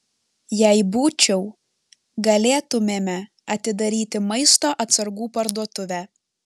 jei būčiau galėtumėme atidaryti maisto atsargų parduotuvę